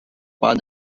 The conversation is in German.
bahn